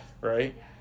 Right